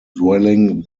dwelling